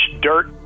dirt